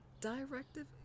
Directive